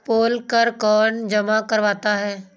पोल कर कौन जमा करवाता है?